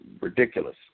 ridiculous